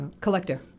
collector